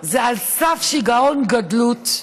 זה על סף שיגעון גדלות.